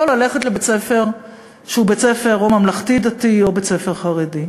ללכת לבית-ספר שהוא או בית-ספר ממלכתי-דתי או בית-ספר חרדי?